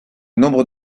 nombre